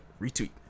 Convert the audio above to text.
retweet